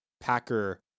Packer